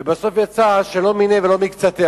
ובסוף יצא שלא מיניה ולא מקצתיה,